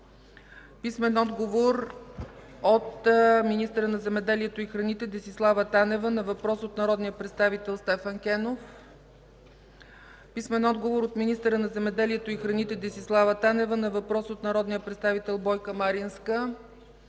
Стефан Кенов; - министъра на земеделието и храните Десислава Танева на въпрос от народния представител Стефан Кенов; - министъра на земеделието и храните Десислава Танева на въпрос от народния представител Бойка Маринска;